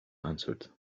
answered